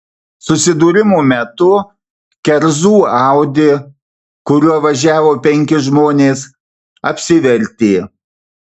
susidūrimo metu kerzų audi kuriuo važiavo penki žmonės apsivertė